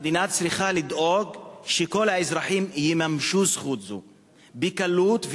המדינה צריכה לדאוג שכל האזרחים יממשו זכות זו בקלות,